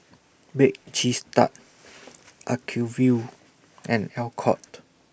Bake Cheese Tart Acuvue and Alcott